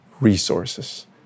resources